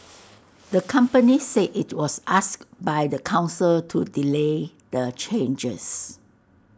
the company said IT was asked by the Council to delay the changes